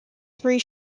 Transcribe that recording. three